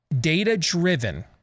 data-driven